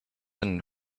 and